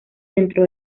dentro